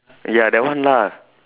ya that one lah